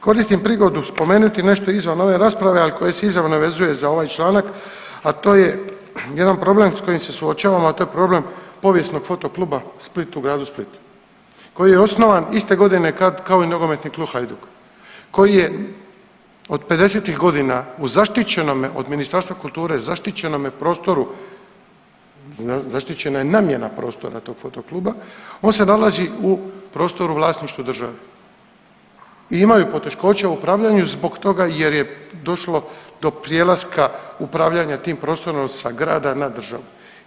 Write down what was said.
Koristim prigodu spomenuti nešto izvan ove rasprave, ali koje se izravno vezuje za ovaj članak, a to je jedan problem s kojim se suočavamo, a to je problem povijesnog Foto kluba Split u gradu Splitu koji je osnovan iste godine kad, kao i NK Hajduk koji je od 50-tih godina u zaštićenome od Ministarstva kulture zaštićenome prostoru, zaštićena je namjena prostora tog foto kluba, on se nalazi u prostoru u vlasništvu države i imaju poteškoće u upravljanju zbog toga jer je došlo do prijelaska upravljanja tim prostorom sa grada na državu.